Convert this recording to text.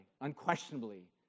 unquestionably